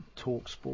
TalkSport